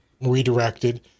redirected